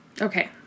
Okay